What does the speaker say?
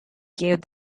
gave